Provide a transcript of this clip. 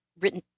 written